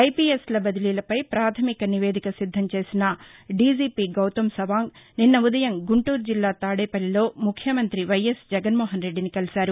ఐపీఎస్ల బదిలీపై పాథమిక నివేదిక సిద్ధం చేసిన డీజీపీ గౌతం సవాంగ్ నిన్న ఉదయం గుంటూరు జిల్లా తాదేపల్లిలో ముఖ్యమంత్రి వైఎస్ జగన్మోహనరెడ్డిని కలిశారు